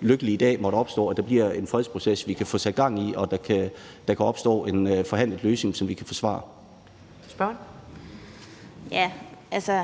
lykkelige dag måtte opstå, at der bliver en fredsproces, vi kan få sat gang i, og der kan opstå en forhandlingsløsning, som vi kan forsvare. Kl. 14:35 Første